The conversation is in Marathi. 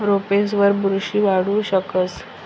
रोपेसवर बुरशी वाढू शकस